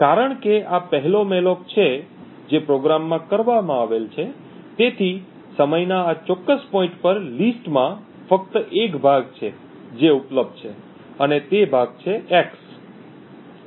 કારણ કે આ પહેલો મૅલોક છે જે પ્રોગ્રામમાં કરવામાં આવેલ છે તેથી સમયના આ ચોક્કસ પોઇન્ટ પર લિસ્ટમાં ફક્ત એક ભાગ છે જે ઉપલબ્ધ છે અને તે ભાગ છે x